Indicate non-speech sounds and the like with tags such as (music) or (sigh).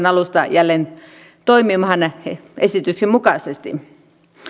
(unintelligible) alusta jälleen toimimaan esityksen mukaisesti